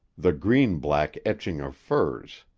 the green-black etchings of firs.